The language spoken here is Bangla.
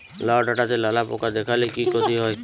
লাউ ডাটাতে লালা পোকা দেখালে কি ক্ষতি হয়?